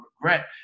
regret